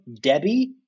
Debbie